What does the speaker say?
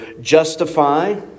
justify